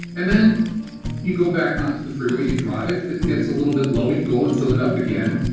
and then you go back on to the freeway, you drive. it gets a little bit low. you go and fill it up again.